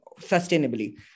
sustainably